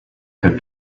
cook